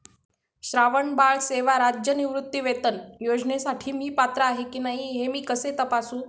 श्रावणबाळ सेवा राज्य निवृत्तीवेतन योजनेसाठी मी पात्र आहे की नाही हे मी कसे तपासू?